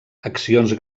accions